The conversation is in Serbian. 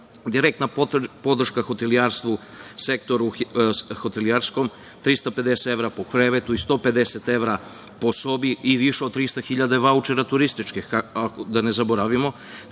direktna podrška hotelijerstvu, sektoru hotelijerstva 350 evra po krevetu i 150 evra po sobi i više od 300 hiljada turističkih vaučera, da ne zaboravimo,